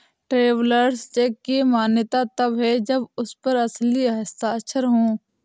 travellers cheque की मान्यता तब है जब उस पर असली हस्ताक्षर हो